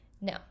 No